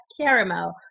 caramel